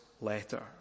letter